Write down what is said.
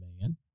Man